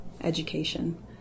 education